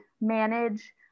manage